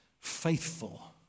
Faithful